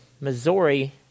Missouri